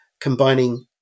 combining